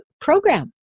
program